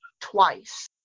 twice